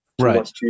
Right